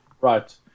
Right